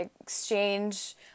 exchange